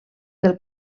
del